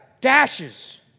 dashes